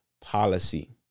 policy